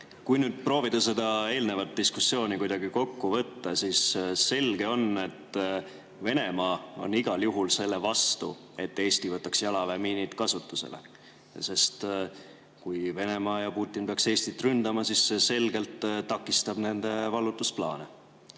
Kui nüüd proovida seda eelnevat diskussiooni kuidagi kokku võtta, siis selge on, et Venemaa on igal juhul selle vastu, et Eesti võtaks jalaväemiinid kasutusele, sest kui Venemaa ja Putin peaks Eestit ründama, siis need miinid selgelt takistaksid nende vallutusplaane.